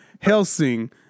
Helsing